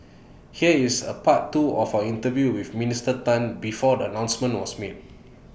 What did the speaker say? here is A part two of our interview with Minister Tan before the announcement was made